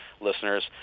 listeners